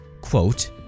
quote